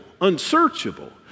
unsearchable